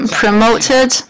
promoted